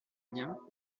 biens